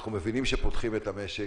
אנחנו מבינים שפותחים את המשק,